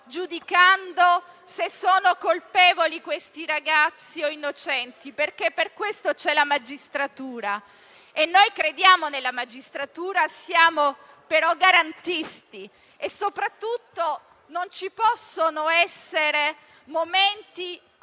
giudicando se quei ragazzi sono colpevoli o innocenti, perché per questo c'è la magistratura e noi crediamo nella magistratura. Siamo però garantisti e, soprattutto, non ci possono essere momenti